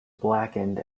blackened